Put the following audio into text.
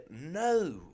No